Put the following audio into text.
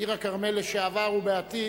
עיר-הכרמל לשעבר ובעתיד.